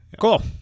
Cool